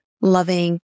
loving